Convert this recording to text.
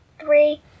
three